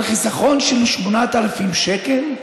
על חיסכון של 8,000 שקל?